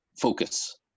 focus